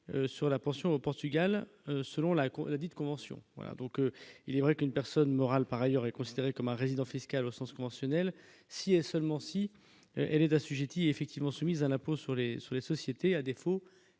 sur la pension au Portugal, selon la Cour, dite convention voilà donc il est vrai qu'une personne morale par ailleurs est considéré comme un résident fiscal au sens conventionnel, si et seulement si elle est assujettie effectivement soumises à l'impôt sur les sur les sociétés, à défaut,